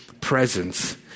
presence